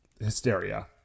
Hysteria